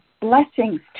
blessings